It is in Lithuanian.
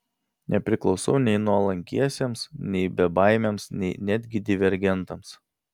nepriklausau nei nuolankiesiems nei bebaimiams nei netgi divergentams